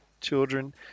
children